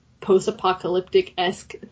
post-apocalyptic-esque